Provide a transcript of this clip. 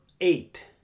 eight